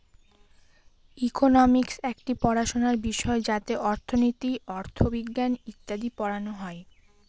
economics একটি পড়াশোনার বিষয় যাতে অর্থনীতি, অথবিজ্ঞান ইত্যাদি পড়ানো হয়